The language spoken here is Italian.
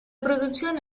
produzione